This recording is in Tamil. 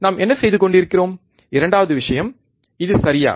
நாம் என்ன செய்து கொண்டிருக்கிறோம் இரண்டாவது விஷயம் இது சரியா